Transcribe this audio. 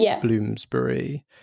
Bloomsbury